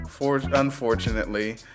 unfortunately